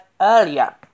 earlier